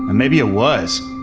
maybe it was.